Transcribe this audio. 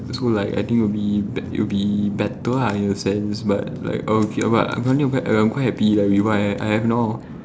so like as I think will be it would be better lah in a sense but like okay but other than that I'm quite happy that with what I have I have now